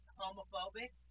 homophobic